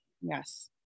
Yes